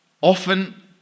often